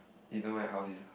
they know my house is ah